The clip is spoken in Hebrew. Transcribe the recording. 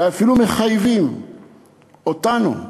אולי אפילו מחייבים אותנו,